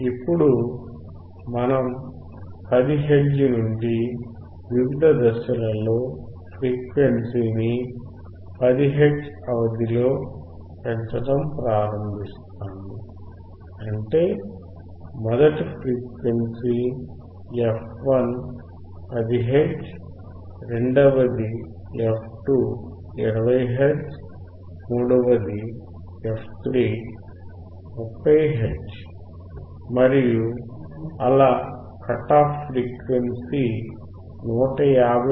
ఇప్పుడు మనం 10 హెర్ట్జ్ నుండి వివిధ దశలలో ఫ్రీక్వెన్సీని 10 హెర్ట్జ్ అవధిలో పెంచటం ప్రారంభిస్తాము అంటే మొదటి ఫ్రీక్వెన్సీ f1 10 హెర్ట్జ్ రెండవది f2 20 హెర్ట్జ్ మూడవది f3 30 హెర్ట్జ్ మరియు అలా కట్ ఆఫ్ ఫ్రీక్వెన్సీ 159